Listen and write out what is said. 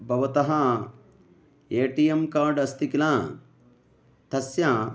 भवतः A T M card अस्ति किल तस्य